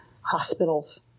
hospitals